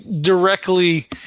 directly